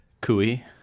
cooey